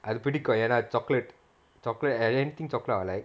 அது பிடிக்கும் ஏனா அது:athu pidikum yaenaa athu chocolate chocolate anything chocolate I'll like